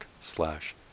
slash